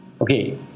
okay